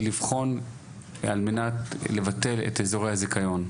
לבחון על מנת לבטל את אזורי הזיכיון.